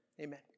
Amen